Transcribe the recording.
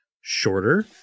shorter